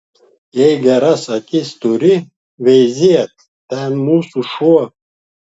jei geras akis turi veizėk ten mūsų šuo